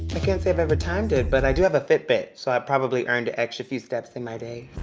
i can't say i've ever timed it. but i do have a fitbit, so i probably earned a extra few steps in my day.